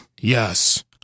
yes